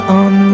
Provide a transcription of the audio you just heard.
on